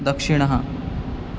दक्षिणः